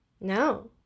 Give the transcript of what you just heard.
No